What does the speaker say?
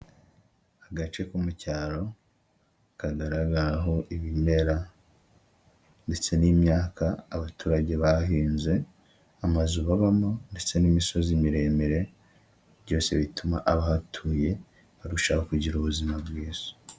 Agace ko mu cyaro kagaragaraho ibimera, ndetse n'imyaka abaturage bahinze, amazu babamo, ndetse n'imisozi miremire byose bituma abahatuye barushaho kugira ubuzima bwiza.